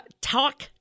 talk